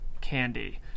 Candy